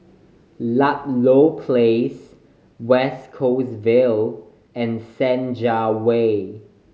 Ludlow Place West Coast Vale and Senja Way